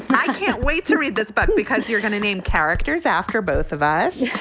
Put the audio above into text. i can't wait to read this button because you're going to name characters after both of us.